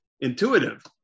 intuitive